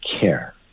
care